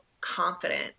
confident